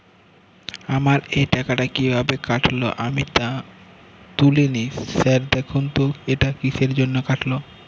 আমার এই টাকাটা কীভাবে কাটল আমি তো তুলিনি স্যার দেখুন তো এটা কিসের জন্য কাটল?